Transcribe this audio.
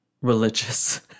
religious